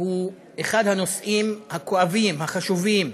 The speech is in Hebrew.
הוא אחד הנושאים הכואבים, החשובים,